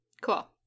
Cool